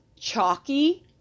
chalky